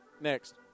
Next